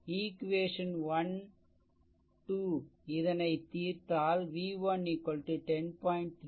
equation 12 இதனை தீர்த்தால் v1 10